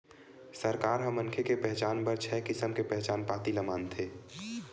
सरकार ह मनखे के पहचान बर छय किसम के पहचान पाती ल मानथे